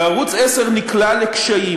וערוץ 10 נקלע לקשיים.